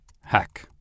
hack